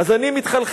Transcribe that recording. אז אני מתחלחל,